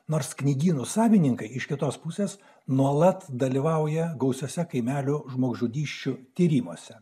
nors knygynų savininkai iš kitos pusės nuolat dalyvauja gausiuose kaimelio žmogžudysčių tyrimuose